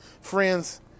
Friends